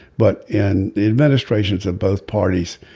but in the administrations of both parties.